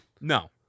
No